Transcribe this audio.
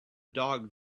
dog